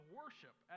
worship